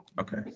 Okay